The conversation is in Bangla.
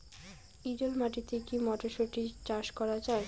এটেল মাটিতে কী মটরশুটি চাষ করা য়ায়?